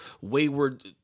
wayward